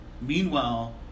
meanwhile